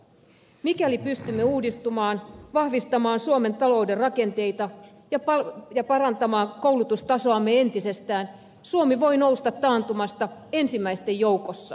mikäli pystymme uudistumaan vahvistamaan suomen talouden rakenteita ja parantamaan koulutustasoamme entisestään suomi voi nousta taantumasta ensimmäisten joukossa